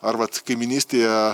ar vat kaimynystėje